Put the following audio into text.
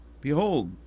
Behold